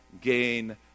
gain